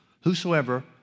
whosoever